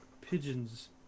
pigeons